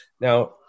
Now